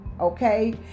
Okay